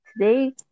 today